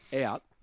out